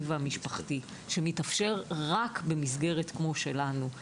והמשפחתי שמתאפשר רק במסגרת כמו שלנו.